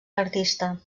artista